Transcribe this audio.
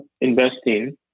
investing